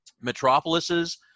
metropolises